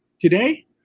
today